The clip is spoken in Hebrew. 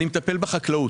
אני מטפל בחקלאות.